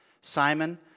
Simon